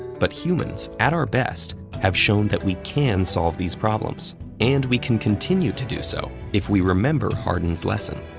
but humans at our best have shown that we can solve these problems and we can continue to do so if we remember hardin's lesson.